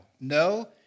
No